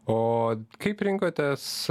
o kaip rinkotės